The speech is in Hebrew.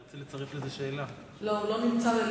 רצוני לשאול: 1. האם נכון הדבר?